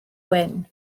wyn